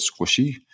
squishy